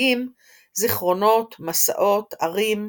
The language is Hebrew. ומציגים זכרונות, מסעות, ערים,